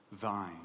Thine